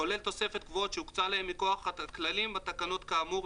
כולל תוספות קבועות שהוקצו להם מכוח הכללים והתקנות כאמור.